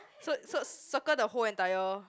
so so circle the whole entire